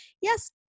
yes